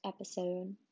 episode